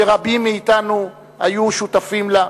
שרבים מאתנו היו שותפים לה?